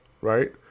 right